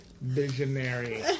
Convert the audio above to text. Visionary